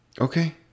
Okay